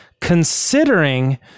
considering